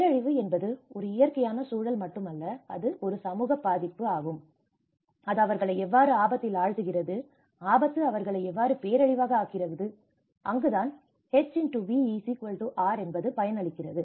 பேரழிவு என்பது ஒரு இயற்கையான சூழல் மட்டுமல்ல அது சமூக பாதிப்பு அது அவர்களை எவ்வாறு ஆபத்தில் ஆழ்த்துகிறது ஆபத்து அவர்களை எவ்வாறு பேரழிவாக ஆக்குகிறது அங்குதான் H V R என்பது பயனளிக்கிறது